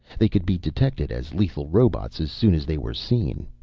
they could be detected as lethal robots as soon as they were seen.